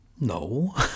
No